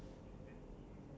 I also don't know